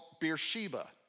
Beersheba